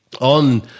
On